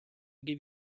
give